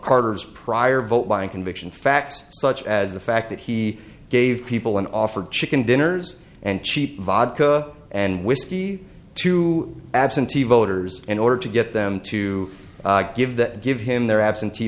carter's prior vote buying conviction facts such as the fact that he gave people an offer chicken dinners and cheap vodka and whiskey to absentee voters in order to get them to give that give him their absentee